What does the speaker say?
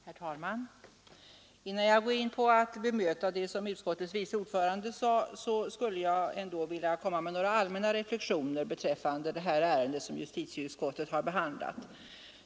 Herr talman! Innan jag går in på att bemöta det som utskottets vice ordförande sade, skulle jag vilja komma med några allmänna reflexioner beträffande det ärende som justitieutskottet behandlat i sitt betänkande nr 9.